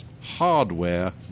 Hardware